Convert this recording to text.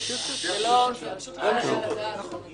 זה פשוט לא יעלה על הדעת.